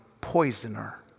poisoner